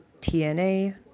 TNA